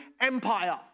Empire